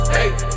Hey